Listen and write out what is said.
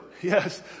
yes